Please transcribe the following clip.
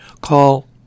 Call